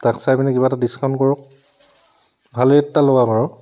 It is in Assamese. তাক চাই পিনি কিবা এটা ডিস্কাউণ্ট কৰক ভাল ৰেট এটা লগাওক আৰু